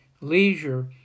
leisure